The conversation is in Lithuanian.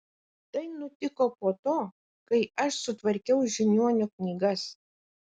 tai nutiko po to kai aš sutvarkiau žiniuonio knygas